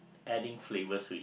adding flavours to it